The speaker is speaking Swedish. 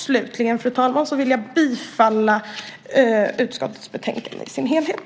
Slutligen, fru talman, yrkar jag bifall till förslaget i utskottets betänkande i sin helhet.